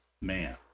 man